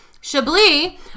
Chablis